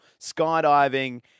skydiving